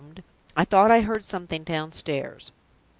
i thought i heard something downstairs.